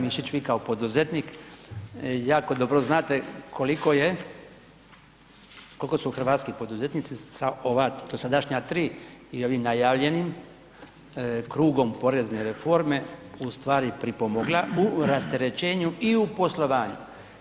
Kolega Mišić, vi kao poduzetnik jako dobro znate koliko je, koliko su hrvatski poduzetnici sa ova dosadašnja 3 i ovim najavljenim krugom porezne reforme ustvari pripomogla u rasterećenju i u poslovanju.